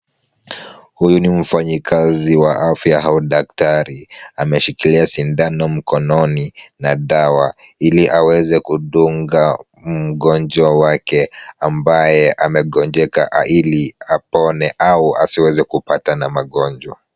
Huyu ni mfanyikazi wa afya au daktari. Ameshikilia sindano mkononi na dawa ili aweze kudunga, mgonjwa wake ambaye amegonjeka ili apone au asiweze kupata na magonjwa.